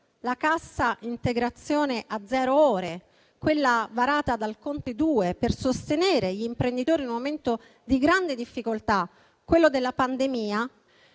la cassa integrazione a zero ore, quella varata dal Conte II per sostenere gli imprenditori in un momento di grande difficoltà come quello della pandemia,